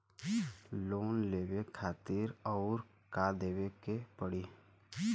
Loan लेवे खातिर अउर का देवे के पड़ी?